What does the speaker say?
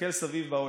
תסתכל סביב בעולם.